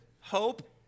Hope